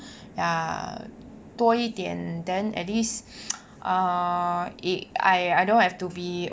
ya 多一点 and then at least uh eh I don't have to be